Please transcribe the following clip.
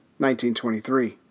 1923